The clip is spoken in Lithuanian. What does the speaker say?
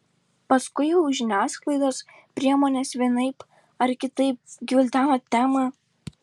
paskui jau žiniasklaidos priemonės vienaip ar kitaip gvildena temą